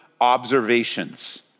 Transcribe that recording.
observations